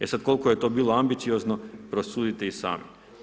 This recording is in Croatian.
E sad, koliko je to bilo ambiciozno, presudite i sami.